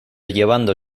llevando